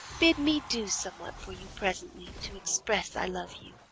bid me do somewhat for you presently to express i love you.